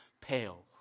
pale